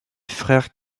frère